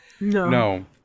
No